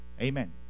amen